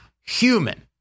human